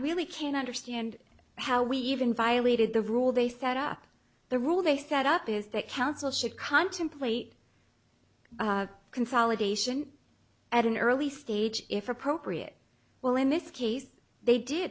really can't understand how we even violated the rule they set up the rule they set up is that council should contemplate consolidation at an early stage if appropriate well in this case they did